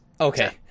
Okay